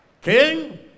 King